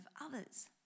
others